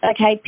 Okay